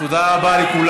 ואתה לא מתבייש.